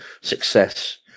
success